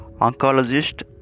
oncologist